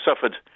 suffered